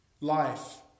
life